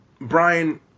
Brian